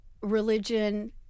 religion